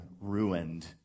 ruined